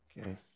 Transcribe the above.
Okay